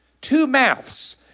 two-mouths